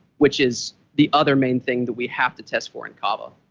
which is the other main thing that we have to test for in kava